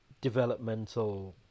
developmental